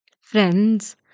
Friends